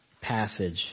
passage